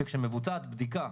שכשמבוצעת בדיקה,